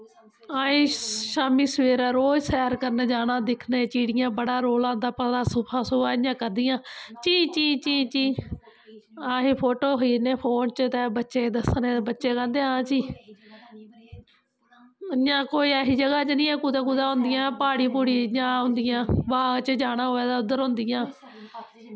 असें शाम्मी सेवेरै रोज़ सैर करन जाना दिक्खने चिड़ियें बड़ा रौला होंदा पाए दा सोहै सोहै इ'यां करदियां चीं चीं चीं असें फोटो खिच्चने फोन च ते बच्चें गी दस्सने ते बच्चे गलांदे हां जी इयां कोई ऐसी जगह् नी ऐ कुदै कुदै होंदियां प्हाड़ियां प्हुड़ियैं जियां होंदियां प्हाड़ च जाना होऐ तां उद्धर होंदियां